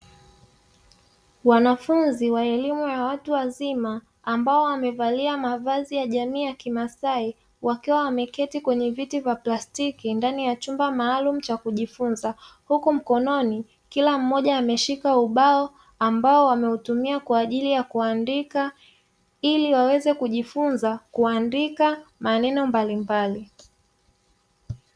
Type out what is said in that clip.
Wanafunzi wa elimu ya watu wazima ambao wamevalia mavazi ya jamii ya kimaasai, wakiwa wameketi kwenye viti vya plastiki ndani ya chumba maalumu cha kujifunza, huku mkononi kila mmoja ameshika ubao ambao anautumia kwa ajili ya kuandika ili waweze kujifunza kuandika maneno mbalimbali.